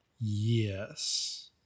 Yes